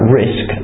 risk